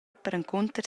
perencunter